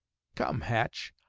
come, hatch,